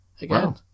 again